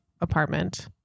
apartment